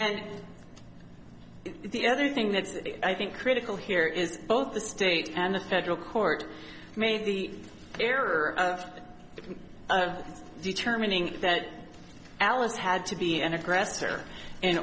and the other thing that i think critical here is both the state and the federal court made the error of determining that alice had to be an aggressor in